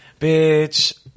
bitch